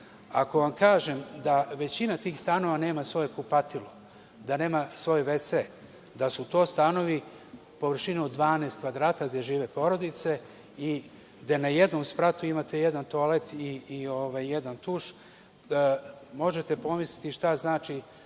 vam kažem da većina tih stanova nema svoje kupatilo, da nema svoj ve-ce, da su to stanovi površine od 12 kvadrata gde žive porodice i da na jednom spratu imate jedan toalet i jedan tuš, možete zamisliti šta znači